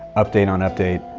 update on update,